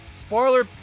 spoiler